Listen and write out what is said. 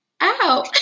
Ow